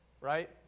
right